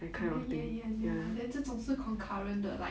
ah ya ya ya then 这种是 concurrent 的 like